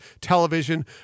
television